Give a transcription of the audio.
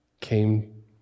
came